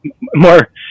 more